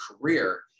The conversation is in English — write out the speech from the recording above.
career